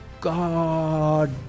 god